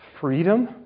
freedom